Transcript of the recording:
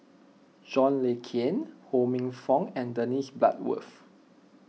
John Le Cain Ho Minfong and Dennis Bloodworth